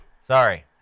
Sorry